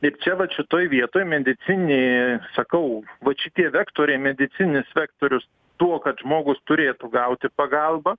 ir čia vat šitoj vietoj medicininė sakau vat šitie vektoriai medicinis vektorius tuo kad žmogus turėtų gauti pagalbą